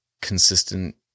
consistent